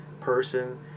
person